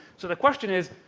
so the question is,